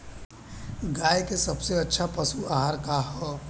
गाय के सबसे अच्छा पशु आहार का ह?